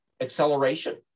acceleration